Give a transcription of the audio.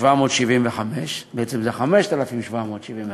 775, בעצם זה 5,775,